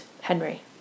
Henry